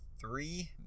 three